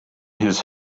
his